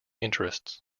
interests